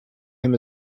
him